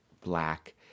black